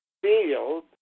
field